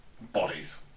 bodies